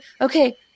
okay